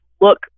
look